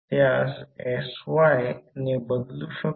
25 10 3 वेबर असेल हे ∅max 0